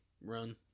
run